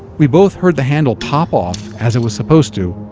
we both heard the handle pop off, as it was supposed to,